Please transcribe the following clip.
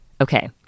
Okay